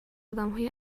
آدمهای